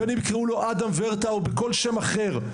בין אם יקראו לו אדם ורטה או כל שם אחר,